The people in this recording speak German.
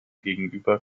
gegenüber